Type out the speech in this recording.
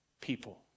people